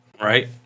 right